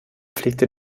pflegte